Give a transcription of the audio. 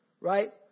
right